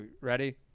ready